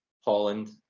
Holland